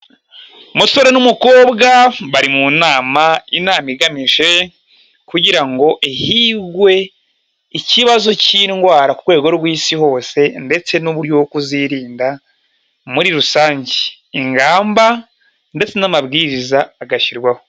Umusore n'umukobwa bari mu nama, inama igamije kugira ngo higwe ikibazo cy'indwara ku rwego rw'isi hose ndetse n'uburyo bwo kuzirinda muri rusange, ingamba ndetse n'amabwiriza agashyirwaho.